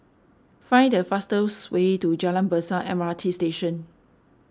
find the fastest way to Jalan Besar M R T Station